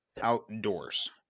outdoors